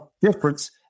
difference